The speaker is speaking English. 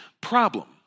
Problem